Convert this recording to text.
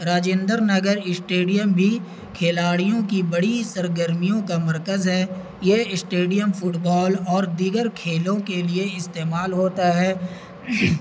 Rajendra Nagar stadium بھی کھلاڑیوں کی بڑی سرگرمیوں کا مرکز ہے یہ اسٹیڈیم فٹ بال اور دیگر کھیلوں کے لیے استعمال ہوتا ہے